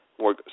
more